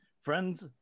Friends